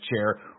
chair